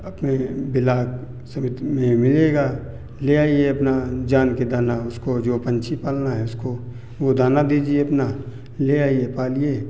अपने ब्लाक समिति में ही मिलेगा ले आइए अपना जान के दाना उसको जो पंछी पालना है उसको वो दाना दीजिए अपना ले आइए पालिए